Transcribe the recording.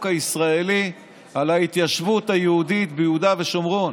הישראלי על ההתיישבות היהודית ביהודה ושומרון.